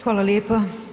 Hvala lijepa.